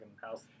house